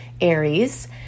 Aries